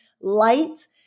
light